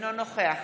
אינו נוכח